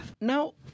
Now